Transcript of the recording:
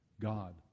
God